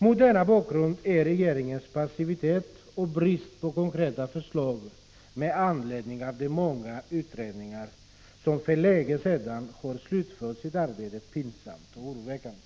Mot denna bakgrund är regeringens passivitet och bristen på konkreta förslag med anledning av de många utredningar som för länge sedan har slutfört sitt arbete pinsam och oroväckande.